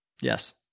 Yes